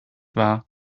wahr